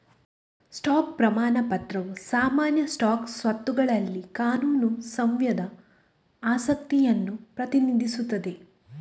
stock ಪ್ರಮಾಣ ಪತ್ರವು ಸಾಮಾನ್ಯ ಸ್ಟಾಕ್ ಸ್ವತ್ತುಗಳಲ್ಲಿ ಕಾನೂನು ಸ್ವಾಮ್ಯದ ಆಸಕ್ತಿಯನ್ನು ಪ್ರತಿನಿಧಿಸುತ್ತದೆ